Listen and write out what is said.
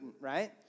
Right